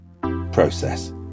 process